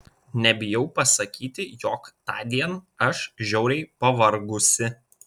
nebijau pasakyti jog tądien aš žiauriai pavargusi